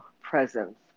presence